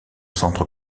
centre